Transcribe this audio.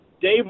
Dave